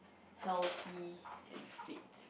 healthy and fit